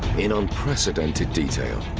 in unprecedented detail.